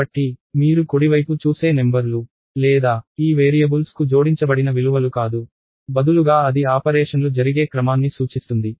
కాబట్టి మీరు కుడివైపు చూసే నెంబర్ లు లేదా ఈ వేరియబుల్స్కు జోడించబడిన విలువలు కాదు బదులుగా అది ఆపరేషన్లు జరిగే క్రమాన్ని సూచిస్తుంది